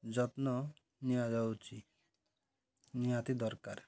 ଯତ୍ନ ନିଆଯାଉଛି ନିହାତି ଦରକାର